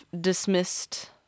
dismissed